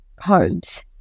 homes